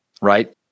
right